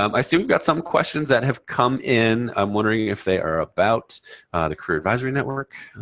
um i see we've got some questions that have come in. i'm wondering if they are about the career advisory network.